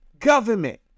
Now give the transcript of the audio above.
government